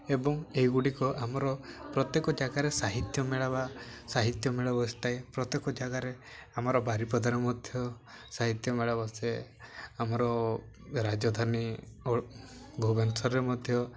ଏବଂ ଏଗୁଡ଼ିକ ଆମର ପ୍ରତ୍ୟେକ ଜାଗାରେ ସାହିତ୍ୟ ମେଳା ବା ସାହିତ୍ୟ ମେଳା ବସିଥାଏ ପ୍ରତ୍ୟେକ ଜାଗାରେ ଆମର ବାରିପଦାରେ ମଧ୍ୟ ସାହିତ୍ୟ ମେଳା ବସେ ଆମର ରାଜଧାନୀ ଭୁବନେଶ୍ୱରରେ ମଧ୍ୟ